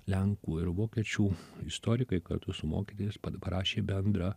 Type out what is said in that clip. lenkų ir vokiečių istorikai kartu su mokytojas pat parašė bendrą